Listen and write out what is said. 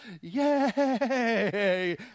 yay